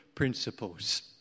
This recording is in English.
Principles